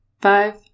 five